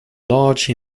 large